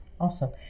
Awesome